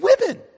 women